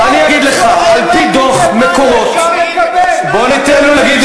אני אגיד לך: על-פי דוח "מקורות" בוא ניתן לו להגיד,